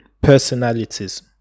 personalities